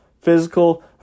physical